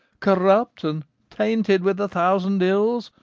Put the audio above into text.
corrupt and tainted with a thousand ills?